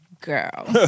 girl